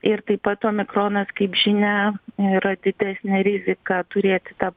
ir taip pat omikronas kaip žinia yra didesnė rizika turėti